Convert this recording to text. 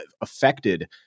affected